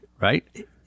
right